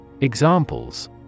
Examples